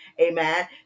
Amen